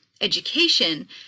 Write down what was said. education